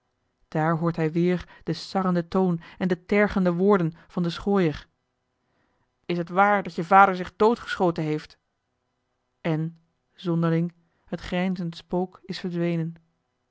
daar hoort hij weer den sarrenden toon en de tergende woorden van den schooier is t waar dat je vader zich doodgeschoten heeft en zonderling het grijnzend spook is verdwenen